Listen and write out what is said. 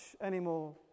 anymore